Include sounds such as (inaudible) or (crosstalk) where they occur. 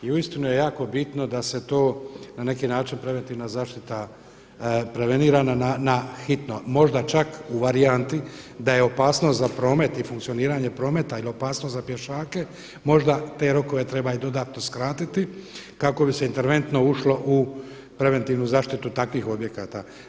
I uistinu je jako bitno da se to na neki način preventivna zaštita prevenira na hitno možda čak u varijanti da je opasnost za promet i funkcioniranje prometa ili opasnost za pješake možda … (unintelligible) dodatno skratiti kako bi se interventno ušlo u preventivnu zaštitu takvih objekata.